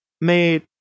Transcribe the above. made